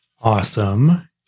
Awesome